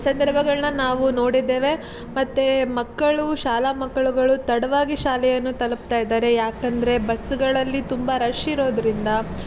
ಸಂದರ್ಭಗಳನ್ನ ನಾವು ನೋಡಿದ್ದೇವೆ ಮತ್ತು ಮಕ್ಕಳು ಶಾಲಾ ಮಕ್ಕಳುಗಳು ತಡವಾಗಿ ಶಾಲೆಯನ್ನು ತಲುಪ್ತಾ ಇದ್ದಾರೆ ಯಾಕಂದರೆ ಬಸ್ಸುಗಳಲ್ಲಿ ತುಂಬ ರಶ್ ಇರೋದರಿಂದ